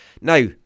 Now